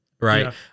right